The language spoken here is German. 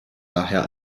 daher